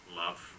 love